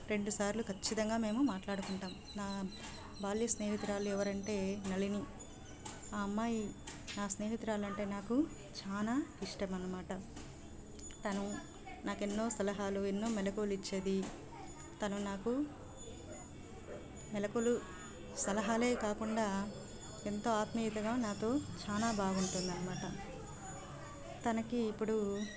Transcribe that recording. రెండుసార్లు ఖచ్చితంగా మేము మాట్లాడుకుంటాం నా బాల్య స్నేహితులు ఎవరంటే నళిని ఆ అమ్మాయి నా స్నేహితురాలు అంటే నాకు చాలా ఇష్టం అన్నమాట తను నాకు ఎన్నో సలహాలు ఎన్నో మెలకువలు ఇచ్చేది తను నాకు మెలకులు సలహాలే కాకుండా ఎంతో ఆత్మీయతగా నాతో చాలా బాగుంటుంది అన్నమాట తనకి ఇప్పుడు